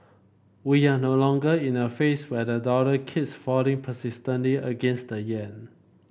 we're no longer in a phase where the dollar keeps falling persistently against the yen